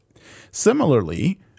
Similarly